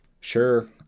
Sure